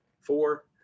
four